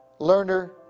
Lerner